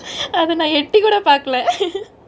அத நா எட்டி கொட பாக்கல:athe naa etti kode paakale